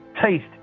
taste